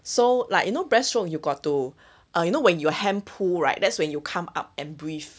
so like you know breast stroke you got to err you know when your hand pull right that's when you come up and breathe